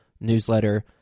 newsletter